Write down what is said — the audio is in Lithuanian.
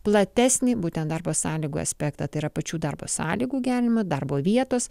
platesnį būtent darbo sąlygų aspektą tai yra pačių darbo sąlygų gerinimą darbo vietos